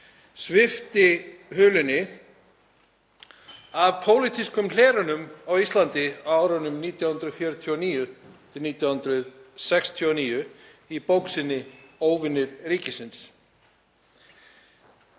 svipti hulunni af pólitískum hlerunum á Íslandi á árunum 1949–1969 í bók sinni Óvinir ríkisins.